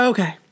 Okay